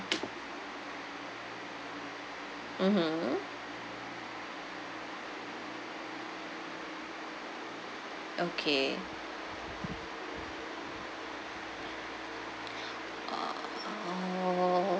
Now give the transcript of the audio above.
mmhmm okay uh